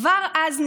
כבר אז,